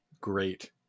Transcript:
great